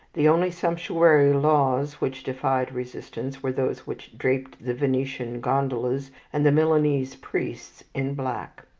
the only sumptuary laws which defied resistance were those which draped the venetian gondolas and the milanese priests in black,